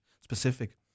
specific